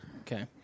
Okay